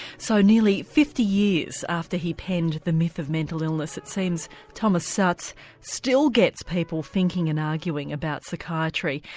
so, nearly fifty years after he penned the myth of mental illness it seems thomas ah szasz still gets people thinking and arguing about psychiatry,